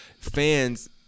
fans